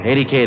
80K